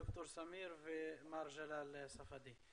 ד"ר סמיר ומר ג'לאל ספדי.